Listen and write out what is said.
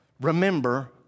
Remember